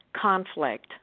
conflict